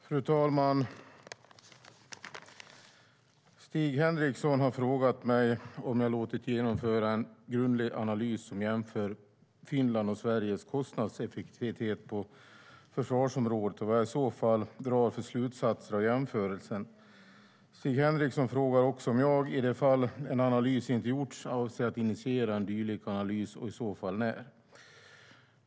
Fru talman! Stig Henriksson har frågat mig om jag har låtit genomföra en grundlig analys som jämför Finlands och Sveriges kostnadseffektivitet på försvarsområdet och vad jag i så fall drar för slutsatser av jämförelsen. Stig Henriksson frågar också om jag, i det fall en analys inte gjorts, avser att initiera en dylik analys och i så fall när.